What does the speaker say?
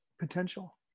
potential